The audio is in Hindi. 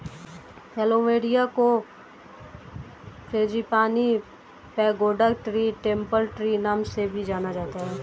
प्लूमेरिया को frangipani, pagoda tree, temple tree नाम से भी जाना जाता है